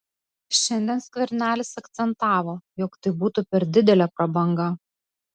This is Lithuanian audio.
šiandien skvernelis akcentavo jog tai būtų per didelė prabanga